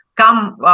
come